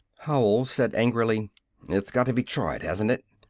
howell said angrily it's got to be tried, hasn't it?